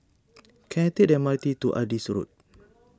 can I take the M R T to Adis Road